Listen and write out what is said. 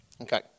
Okay